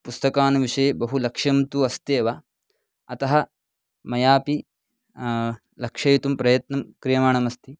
पुस्तकान् विषये बहुलक्ष्यं तु अस्त्येव अतः मयापि लक्षयितुं प्रयत्नं क्रियमाणम् अस्ति